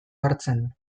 hartzen